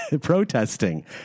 protesting